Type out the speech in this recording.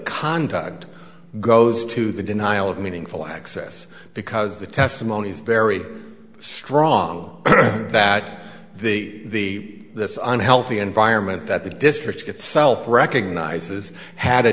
conduct goes to the denial of meaningful access because the testimony is very strong that the unhealthy environment that the district itself recognizes had a